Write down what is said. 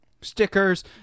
stickers